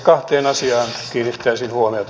kahteen asiaan kiinnittäisin huomiota